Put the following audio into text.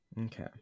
Okay